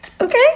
Okay